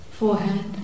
Forehead